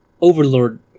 Overlord